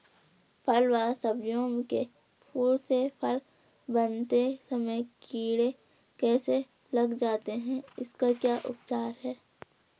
फ़ल व सब्जियों के फूल से फल बनते समय कीड़े कैसे लग जाते हैं इसका क्या उपचार है?